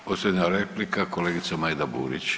I posljednja replika kolegica Majda Burić.